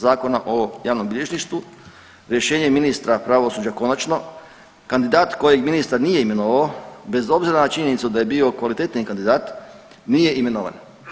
Zakona o javnom bilježništvu rješenje ministra pravosuđa konačno kandidat kojeg ministar nije imenovao bez obzira na činjenicu da je bio kvalitetniji kandidat nije imenovan.